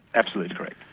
absolutely correct.